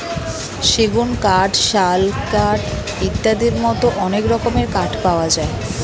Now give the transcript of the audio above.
সেগুন কাঠ, শাল কাঠ ইত্যাদির মতো অনেক রকমের কাঠ পাওয়া যায়